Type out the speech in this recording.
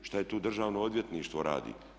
Šta tu državno odvjetništvo radi?